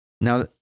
Now